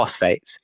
phosphates